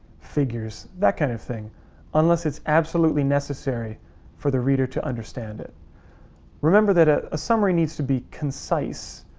figures, that kind of thing unless it's absolutely necessary for the reader to understand it remember that a summary needs to be concise,